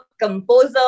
composer